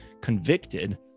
convicted